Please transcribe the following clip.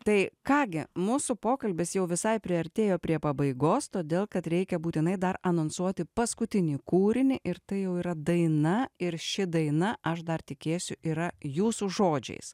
tai ką gi mūsų pokalbis jau visai priartėjo prie pabaigos todėl kad reikia būtinai dar anonsuoti paskutinį kūrinį ir tai jau yra daina ir ši daina aš dar tikėsiu yra jūsų žodžiais